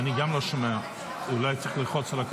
שתישאר בגימטרייה,